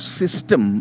system